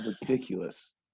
ridiculous